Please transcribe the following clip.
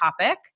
topic